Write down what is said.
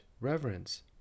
reverence